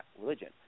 religion